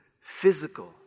physical